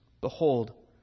Behold